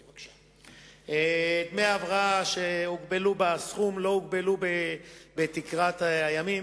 דמי ההבראה שהוגבלו בסכום לא הוגבלו בתקרת הימים.